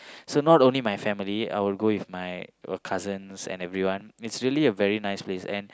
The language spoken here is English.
so not only my family I will go with my cousins and everyone it's really a very nice place and